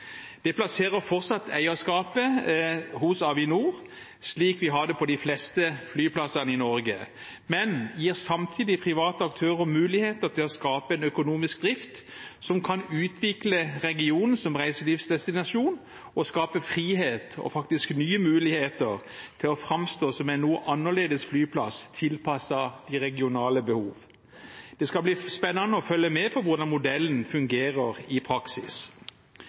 Det plasserer fortsatt eierskapet hos Avinor, slik vi har det på de fleste flyplassene i Norge, men gir samtidig private aktører muligheter til å skape en økonomisk drift som kan utvikle regionen som reiselivsdestinasjon og skape frihet og faktisk nye muligheter til å framstå som en noe annerledes flyplass tilpasset regionale behov. Det skal bli spennende å følge med på hvordan modellen fungerer i praksis.